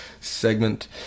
segment